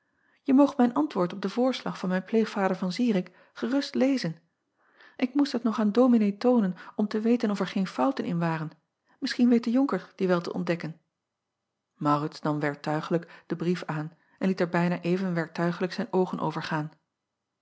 je moogt mijn antwoord op den voorslag van mijn pleegvader an irik gerust lezen ik moest het nog aan ominee toonen om te weten of er geen fouten in waren misschien weet de onker die wel te ontdekken aurits nam werktuiglijk den brief aan en liet er bijna even werktuiglijk zijn oogen